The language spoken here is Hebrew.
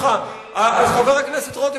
חבר הכנסת רותם,